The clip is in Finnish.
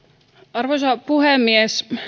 arvoisa puhemies